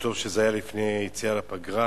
וטוב שזה היה לפני היציאה לפגרה,